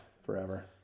forever